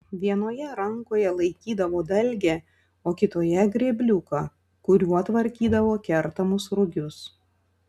vienoje rankoje laikydavo dalgę o kitoje grėbliuką kuriuo tvarkydavo kertamus rugius